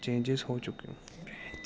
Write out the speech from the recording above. changes ਹੋ ਚੁੱਕੇ